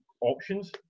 options